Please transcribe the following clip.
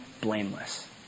blameless